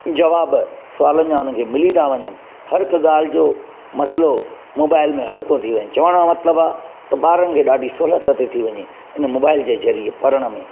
ज़वाब सवालनि जा उनखे मिली था वञनि हरि हिक ॻाल्हि जो मसलो मोबाइल में हल थो थी वञे चवण जो मतिलबु आहे त ॿारनि खे ॾाढी सहुलियत थी वञे उन मोबाइल जे ज़रिये पढ़ण में